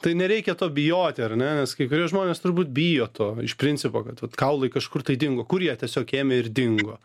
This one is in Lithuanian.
tai nereikia to bijoti ar ne nes kai kurie žmonės turbūt bijo to iš principo kad vat kaulai kažkur tai dingo kur jie tiesiog ėmė ir dingo